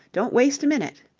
don't waste a minute.